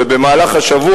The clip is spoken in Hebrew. ובמהלך השבוע,